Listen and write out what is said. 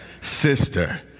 Sister